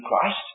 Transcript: Christ